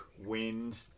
wind